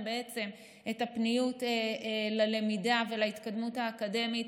את הפניות ללמידה ולהתקדמות האקדמית,